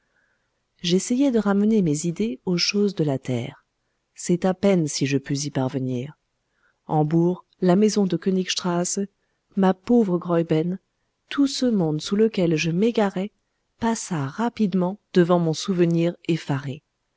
j'essayai de ramener mes idées aux choses de la terre c'est à peine si je pus y parvenir hambourg la maison de knig strasse ma pauvre graüben tout ce monde sous lequel je m'égarais passa rapidement devant mon souvenir effaré